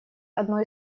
одно